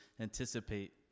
anticipate